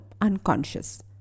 unconscious